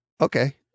okay